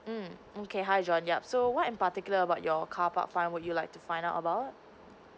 mm okay hi john yup so what in particular about your car park fine would you like to find out about